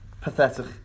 pathetic